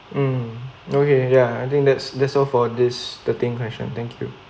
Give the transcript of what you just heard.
mm okay ya I think that's that's all for these thirteen questions thank you